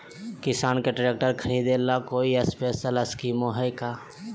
किसान के ट्रैक्टर खरीदे ला कोई स्पेशल स्कीमो हइ का?